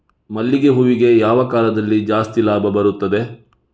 ಮಲ್ಲಿಗೆ ಹೂವಿಗೆ ಯಾವ ಕಾಲದಲ್ಲಿ ಜಾಸ್ತಿ ಲಾಭ ಬರುತ್ತದೆ?